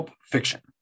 Fiction